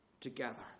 together